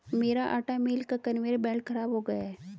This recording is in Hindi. मेरे आटा मिल का कन्वेयर बेल्ट खराब हो गया है